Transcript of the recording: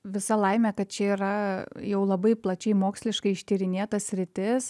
visa laimė kad čia yra jau labai plačiai moksliškai ištyrinėta sritis